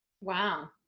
wow